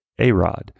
Arod